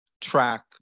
track